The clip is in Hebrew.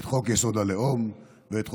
את חוק-יסוד: הלאום ואת חוק-יסוד: